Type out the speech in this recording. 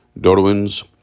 Darwin's